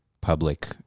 public